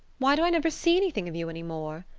why do i never see anything of you any more?